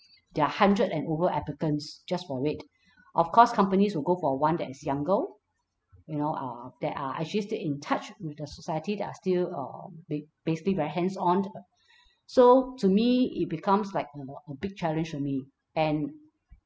there are hundred and over applicants just for it of course companies will go for one that is younger you know uh that are actually still in touch with the society that are still uh ba~ basically very hands on so to me it becomes like you a a big challenge for me and